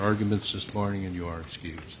arguments just morning and your excuse